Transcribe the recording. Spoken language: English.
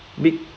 big